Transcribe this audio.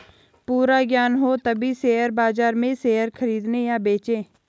पूरा ज्ञान हो तभी शेयर बाजार में शेयर खरीदे या बेचे